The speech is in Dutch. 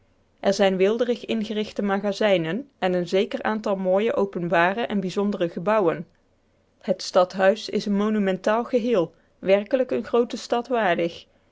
er zijn weelderig ingerichte magazijnen en een zeker aantal mooie openbare en bijzondere gebouwen het stadhuis is een monumentaal geheel werkelijk een groote stad waardig